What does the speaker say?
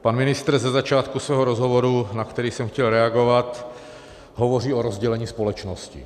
Pan ministr ze začátku svého rozhovoru, na který jsem chtěl reagovat, hovoří o rozdělení společnosti.